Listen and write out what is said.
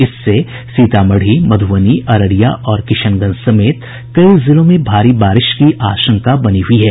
इससे सीतामढ़ी मध्रबनी अररिया और किशनगंज समेत कई जिलों में भारी बारिश की आशंका बनी हुई है